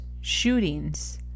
shootings